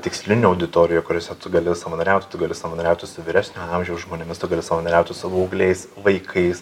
tikslinių auditorijų kuriose tu gali savanoriauti tu gali savanoriauti su vyresnio amžiaus žmonėmis tu gali savanoriauti su paaugliais vaikais